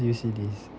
where did you see this